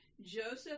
Joseph